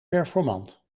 performant